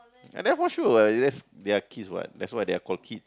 uh that's for sure what they're just they are kids what that's why they're called kids